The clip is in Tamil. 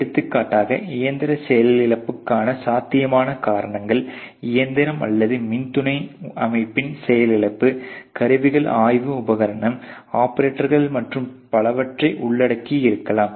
எடுத்துக்காட்டாக இயந்திர செயலிழப்புக்கான சாத்தியமான காரணங்கள் இயந்திரம் அல்லது மின்துணை அமைப்பின் செயலிழப்பு கருவிகள் ஆய்வு உபகரணம் ஆபரேட்டர்கள் மற்றும் பலவற்றை உள்ளடக்கி இருக்கலாம்